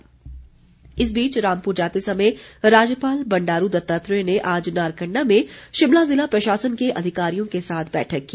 राज्यपाल इस बीच रामपुर जाते समय राज्यपाल बंडारू दत्तात्रेय ने आज नारकण्डा में शिमला ज़िला प्रशासन के अधिकारियों के साथ बैठक की